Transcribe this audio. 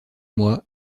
mois